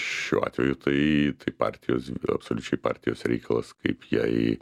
šiuo atveju tai tai partijos absoliučiai partijos reikalas kaip jai